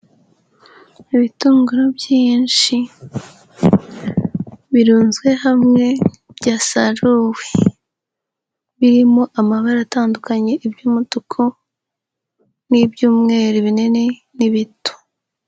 ibitunguru byinshi, birunzwe hamwe byasaruwe. Birimo amabara atandukanye, iby'umutuku n'ibyumweru, binini n'ibito.